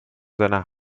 seiner